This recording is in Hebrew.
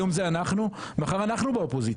היום זה אנחנו, מחר אנחנו באופוזיציה.